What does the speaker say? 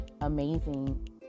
amazing